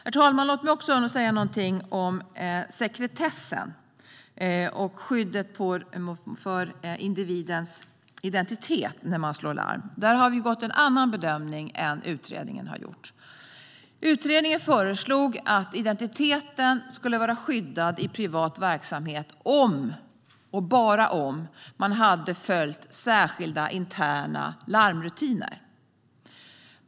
Herr talman! Låt mig också säga någonting om sekretessen och skyddet för individens identitet när någon slår larm. Där har vi gjort en annan bedömning än utredningen. Utredningen föreslog att identiteten skulle vara skyddad i privat verksamhet om - och bara om - personen hade följt särskilda interna larmrutiner.